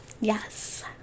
Yes